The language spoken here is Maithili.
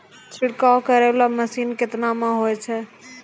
छिड़काव करै वाला मसीन केतना मे होय छै?